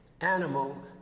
animal